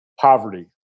poverty